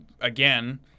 again